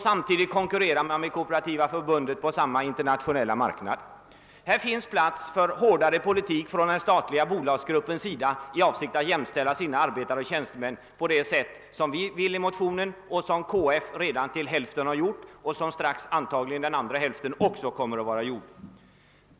Samtidigt konkurrerar man med Kooperativa förbundet på den internationella marknaden. Här finns utrymme för en hårdare politik inom den statliga bolagsgruppen i avsikt att jämställa arbetare och tjänstemän på det sätt som vi föreslår i motionen och som KF redan delvis — och inom kort antagligen helt — gjort.